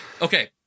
Okay